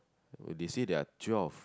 they say there are twelve